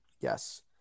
Yes